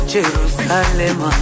Jerusalem